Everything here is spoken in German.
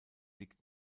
liegt